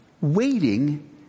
waiting